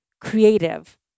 creative